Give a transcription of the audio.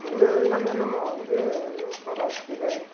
முன்னே எல்லாமே நம்ம வந்து பகவத் கீதை